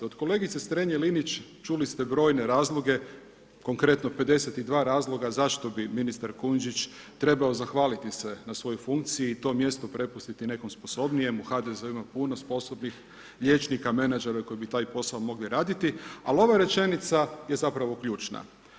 Od kolegice Strenje-Linić čuli ste brojne razloge konkretno 52 razloga zašto bi ministar Kujundžić trebao zahvaliti se na toj funkciji i to mjesto prepustiti nekome sposobnijem, u HDZ-u ima puno sposobnih liječnika, menadžera koji bi taj posao mogli raditi, a ovo rečenica je zapravo ključna.